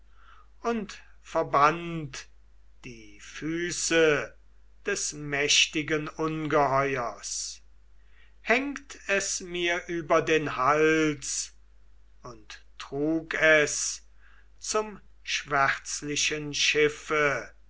und verband die füße des mächtigen ungeheuers hängt es mir über den hals und trug es zum schwärzlichen schiffe